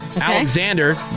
Alexander